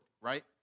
right